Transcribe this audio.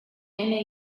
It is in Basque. ene